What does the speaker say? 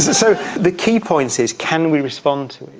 so the key point is can we respond to